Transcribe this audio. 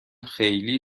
خیلی